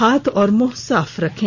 हाथ और मुंह साफ रखें